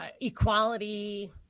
Equality